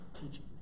teaching